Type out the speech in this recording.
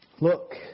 Look